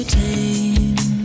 tame